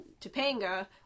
Topanga